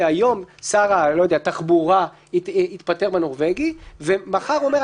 שהיום שר התחבורה יתפטר בנורבגי ומחר הוא אומר,